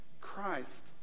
Christ